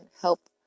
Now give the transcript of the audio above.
help